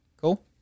Cool